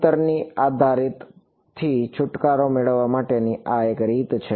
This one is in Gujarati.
અંતરની આધારથી છુટકારો મેળવવાની આ એક રીત છે